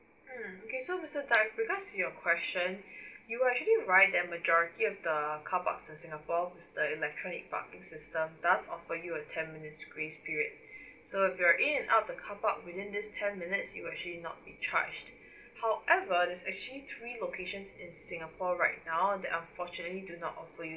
mm okay so mister tan with regards your question you're actually right that majority of the carparks in singapore the electronic parking system does offer you a ten minutes grace period so if you're in and out of the carpark within these ten minutes you'll actually not be charged however there's actually three locations in singapore right now that unfortunately do not offer you